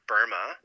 Burma